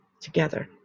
together